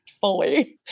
fully